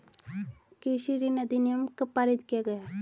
कृषि ऋण अधिनियम कब पारित किया गया?